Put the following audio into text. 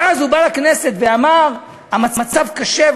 ואז הוא בא לכנסת ואמר: המצב קשה,